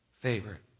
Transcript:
favorite